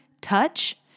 touch